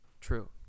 true